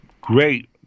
Great